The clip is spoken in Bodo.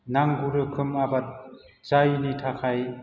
नांगौ रोखोम आबाद जायैनि थाखाय